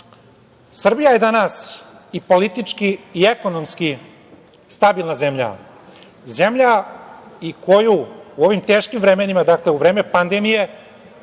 rešen. Srbija je danas i politički i ekonomski stabilna zemlja, zemlja koju u ovim teškim vremenima, u vreme pandemije,